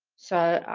so,